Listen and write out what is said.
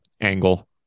angle